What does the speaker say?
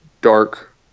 dark